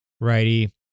righty